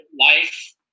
life